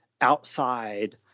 outside